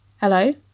Hello